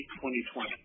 2020